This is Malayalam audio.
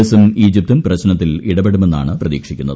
എസും ഈജിപ്തും പ്രശ്നത്തിൽ ഇടപെടുമെന്നാണ് പ്രതീക്ഷിക്കുന്നത്